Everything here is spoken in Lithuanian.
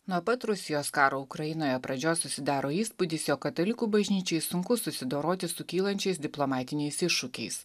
nuo pat rusijos karo ukrainoje pradžios susidaro įspūdis jog katalikų bažnyčiai sunku susidoroti su kylančiais diplomatiniais iššūkiais